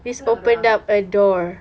apa nama dia orang ah